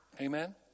Amen